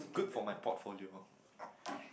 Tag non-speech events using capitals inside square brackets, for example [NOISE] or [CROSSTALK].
good for my portfolio [NOISE]